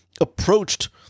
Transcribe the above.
approached